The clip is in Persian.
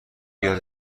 یاد